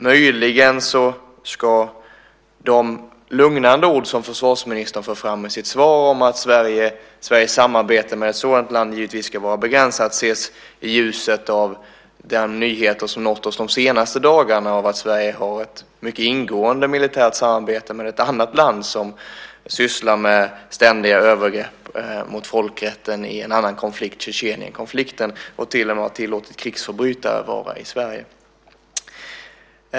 Möjligen ska de lugnande ord som försvarsministern för fram i sitt svar om att Sveriges samarbete med ett sådant land ska vara begränsat ses i ljuset av den nyhet som har nått oss de senaste dagarna, att Sverige har ett mycket ingående militärt samarbete med ett annat land som sysslar med ständiga övergrepp mot folkrätten i en annan konflikt, Tjetjenienkonflikten, och till och med har tillåtit krigsförbrytare att vara i Sverige.